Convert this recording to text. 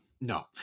no